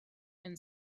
and